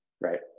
Right